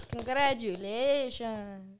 Congratulations